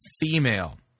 female